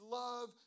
love